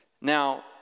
Now